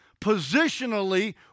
Positionally